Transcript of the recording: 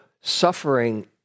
suffering